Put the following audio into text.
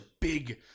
big